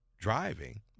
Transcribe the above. driving